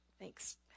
Thanks